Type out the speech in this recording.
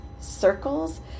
circles